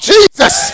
Jesus